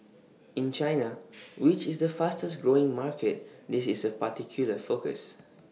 in China which is the fastest growing market this is A particular focus